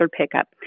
pickup